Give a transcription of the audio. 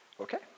Okay